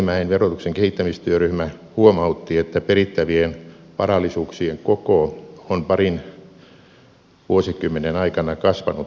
hetemäen verotuksen kehittämistyöryhmä huomautti että perittävien varallisuuksien koko on parin vuosikymmenen aikana kasvanut merkittävästi